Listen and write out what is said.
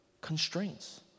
Constraints